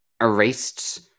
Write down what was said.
erased